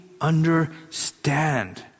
understand